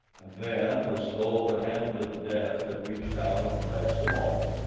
and then, as though the hand of death had reached out and touched them all,